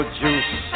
juice